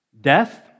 Death